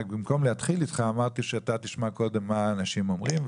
במקום להתחיל איתך רציתי שאתה תשמע קודם את מה שאנשים אומרים,